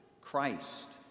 Christ